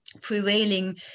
prevailing